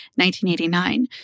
1989